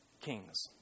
kings